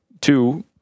two